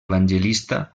evangelista